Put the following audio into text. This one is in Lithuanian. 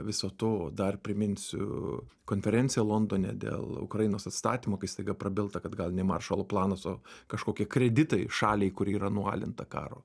viso to dar priminsiu konferencija londone dėl ukrainos atstatymo kai staiga prabilta kad gal ne maršalo planas o kažkokie kreditai šaliai kuri yra nualinta karo